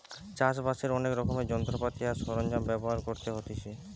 চাষ বাসের অনেক রকমের যন্ত্রপাতি আর সরঞ্জাম ব্যবহার করতে হতিছে